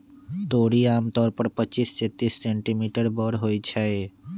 तोरी आमतौर पर पच्चीस से तीस सेंटीमीटर बड़ होई छई